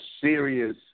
serious